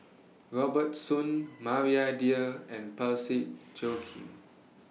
Robert Soon Maria Dyer and Parsick Joaquim